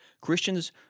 Christians